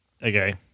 Okay